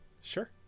sure